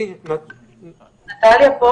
נטליה פה